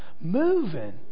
moving